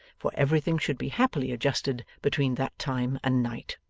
for everything should be happily adjusted between that time and night